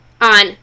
on